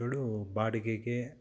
ಗಳು ಬಾಡಿಗೆಗೆ